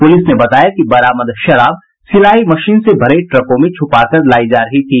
police ने बताया कि बरामद शराब सिलाई मशीन से भरे ट्रकों में छुपाकर लाई जा रही थी